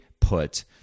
put